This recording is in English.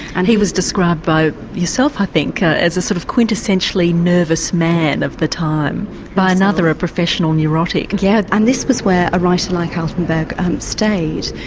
and he was described by yourself i think as a sort of quintessentially nervous man of the time by another professional neurotic. yeah and this was where a writer like altenberg stayed,